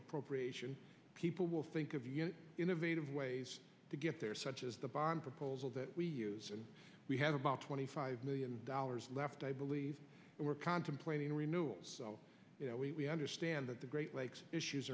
appropriation people will think of innovative ways to get there such as the bond proposal that we use and we have about twenty five million dollars left i believe we're contemplating a renewal so we understand that the great lakes issues